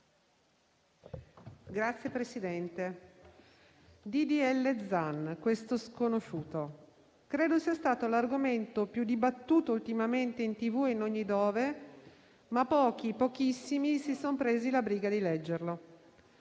di legge Zan, questo sconosciuto, credo sia stato l'argomento più dibattuto ultimamente in TV e in ogni dove, ma pochi, pochissimi si sono presi la briga di leggerlo.